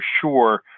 sure